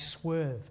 swerve